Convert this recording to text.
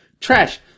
Trash